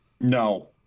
No